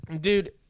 dude